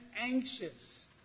anxious